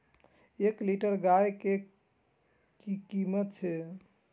एक लीटर गाय के कीमत कि छै?